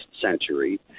century